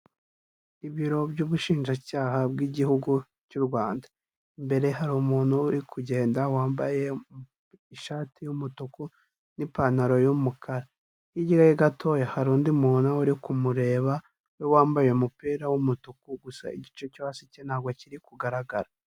Ibiro by'ubushinjacyaha bw'igihugu cy'u Rwanda, imbere hari umuntu uri kugenda wambaye ishati y'umutuku n'ipantaro y'umukara, hirya ye gatoya hari undi muntu uri kumureba, na we wambaye umupira w'umutuku, gusa igice cyo hasi cye ntabwo kiri kugaragara.